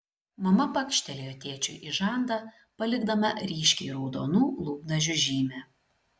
mama pakštelėjo tėčiui į žandą palikdama ryškiai raudonų lūpdažių žymę